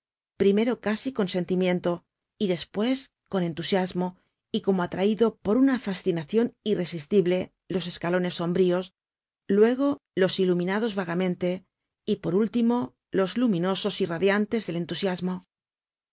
primero casi con sentimiento y despues con entusiasmo y como atraido por una fascinacion irresistible los escalones sombríos luego los iluminados vagamente y por último los luminosos y radiantes del entusiasmo